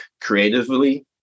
creatively